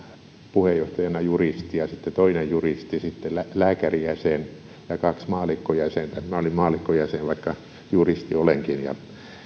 puheenjohtajana juristi ja sitten on toinen juristi sitten lääkärijäsen ja kaksi maallikkojäsentä minä olin maallikkojäsen vaikka juristi olenkin